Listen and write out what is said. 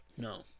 No